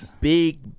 big